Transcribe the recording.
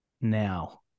now